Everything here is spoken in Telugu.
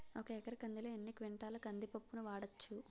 ఒక ఎకర కందిలో ఎన్ని క్వింటాల కంది పప్పును వాడచ్చు?